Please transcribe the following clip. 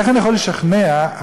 איך אני יכול לשכנע אנשים,